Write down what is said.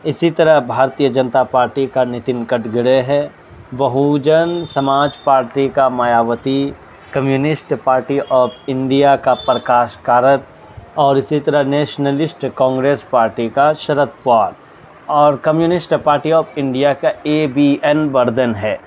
اسی طرح بھارتیہ جنتا پارٹی کا نتن کٹگرے ہے بہوجن سماج پارٹی کا Mayawati Communist Party of India کا پرکاش کارت اور اسی طرح نیشنلسٹ کانگریس پارٹی کا شرد پوار اور کمیونسٹ پارٹی آف انڈیا کا اے بی این بردن ہے